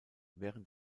während